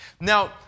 Now